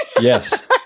Yes